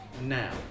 now